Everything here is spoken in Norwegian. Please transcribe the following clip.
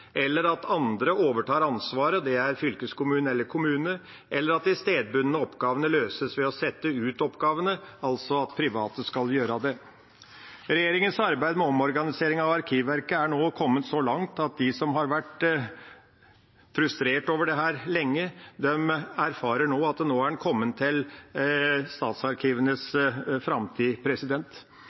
eller at andre overtar ansvaret – og det er fylkeskommunen eller kommunene – eller at de stedbundne oppgavene løses ved å sette ut oppgavene, altså at private skal gjøre dem. Regjeringas arbeid med omorganisering av Arkivverket er nå kommet så langt at de som har vært frustrert over dette lenge, erfarer at man nå er kommet til statsarkivenes framtid.